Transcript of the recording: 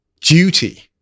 duty